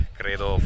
credo